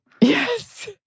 Yes